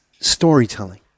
storytelling